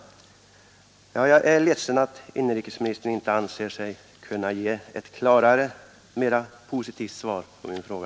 Jag är ledsen att inrikesministern inte anser sig kunna ge ett klarare, mera positivt svar på min fråga.